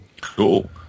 cool